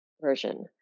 version